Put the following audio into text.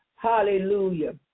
Hallelujah